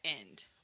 end